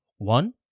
One